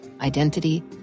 identity